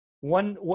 one